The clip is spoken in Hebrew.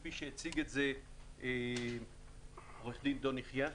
כפי שהציג את זה עו"ד דון יחיא.